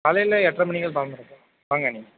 காலையில் எட்ரை மணிக்கெல்லாம் திறந்துருப்போம் வாங்க நீங்கள்